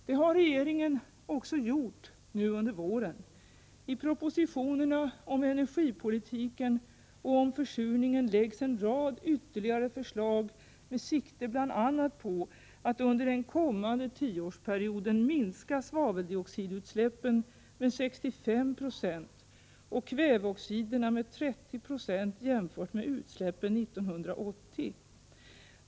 Det har regeringen också gjort nu under våren. I propositionerna om energipolitiken och om försurningen framläggs ytterligare en rad förslag med sikte bl.a. på att under den kommande tioårsperioden minska svaveldioxidutsläppen med 65 96 och kväveoxiderna med 30 96 jämfört med utsläppen 1980.